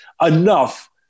enough